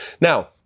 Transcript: Now